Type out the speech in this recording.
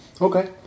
Okay